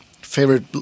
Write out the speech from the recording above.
favorite